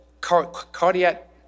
cardiac